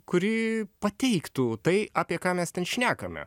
kurį pateiktų tai apie ką mes ten šnekame